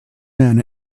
man